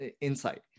insight